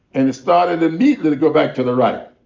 and it started immediately to go back to the right.